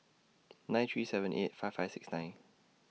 nine three seven eight five five six nine